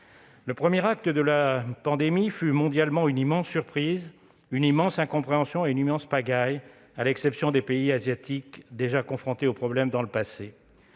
Le premier acte de la pandémie fut, mondialement, une immense surprise, une immense incompréhension et une immense pagaille, sauf pour les pays asiatiques déjà confrontés au problème dans le passé.